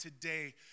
today